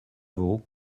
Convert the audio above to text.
vaut